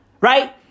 Right